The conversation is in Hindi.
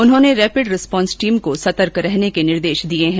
उन्होंने रेपिड रेसपोंस टीम को सतर्क रहने के निर्देश दिए है